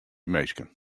minsken